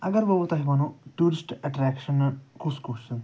اَگر بہٕ وۄنۍ تۄہہِ وَنہو ٹیٛوٗرِسٹہٕ اَٹریکشنہٕ کُس کُس چھُ